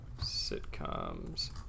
sitcoms